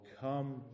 come